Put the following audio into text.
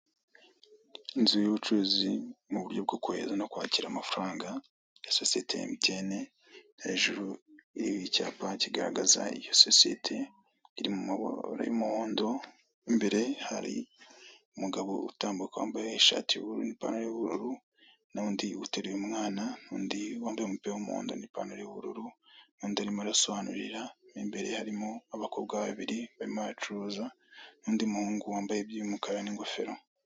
Inzu y'ubucuruzi mu buryo bwo kohereza no kwakira amafaranga ya sosiyete ya MTN,hejuru hari icyapa kigaragaza iryo sosiyete riri mu mabara y'umuhondo, imbere hari umugabo utambuka wambaye ishati y'ubururu n'ipantaro y'ubururu, n'undi uteruye umwana , n'undi wambaye umupira w'umuhondo n'ipantaro y'ubururu, n'undi urimo arasobanurira imbere ye hari abakobwa babiri barimo baracuruza , n'undi muhungu wambaye iby'umukara n'ingofero.